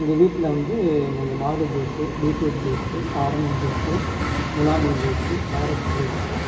எங்கள் வீட்டில வந்து நாங்கள் மாதுளை juice beetroot juice orange juice முலாம் பழம் ஜூஸ் கேரட் ஜூஸ்